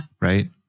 Right